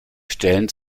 stellen